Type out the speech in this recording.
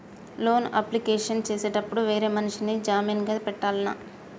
Loan application చేసేటప్పుడు వేరే మనిషిని జామీన్ గా పెట్టాల్నా?